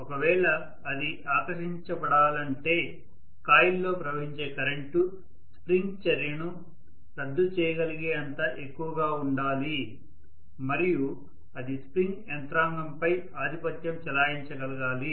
ఒకవేళ అది ఆకర్షించబడాలంటే కాయిల్లో ప్రవహించే కరెంటు స్ప్రింగ్ చర్యను రద్దు చేయగలిగే అంత ఎక్కువగా ఉండాలి మరియు అది స్ప్రింగ్ యంత్రాంగం పై ఆధిపత్యం చెలాయించగలగాలి